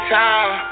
time